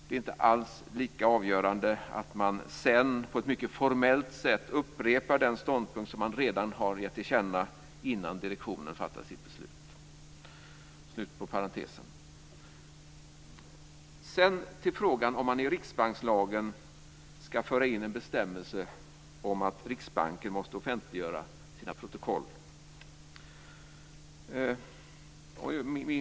Det är inte alls lika avgörande att man sedan på ett mycket formellt sätt upprepar den ståndpunkt som man redan har gett till känna innan direktionen fattat sitt beslut. Sedan kommer jag till frågan om ifall man i riksbankslagen ska föra in en bestämmelse om att Riksbanken måste offentliggöra sina protokoll.